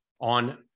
on